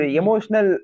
emotional